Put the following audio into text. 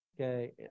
okay